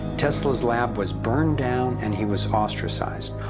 tesla's lab was burned down and he was ostracized,